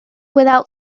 without